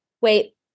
Wait